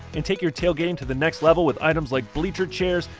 and take your tailgating to the next level with items like bleacher chairs,